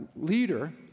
leader